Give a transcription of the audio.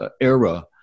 era